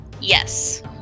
yes